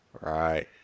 Right